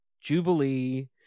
jubilee